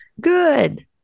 Good